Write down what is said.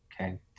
okay